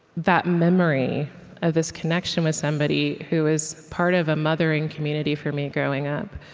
that memory of this connection with somebody who was part of a mothering community for me growing up,